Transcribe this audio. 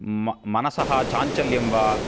मनसः चाञ्चल्यं वा